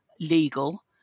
legal